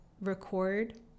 record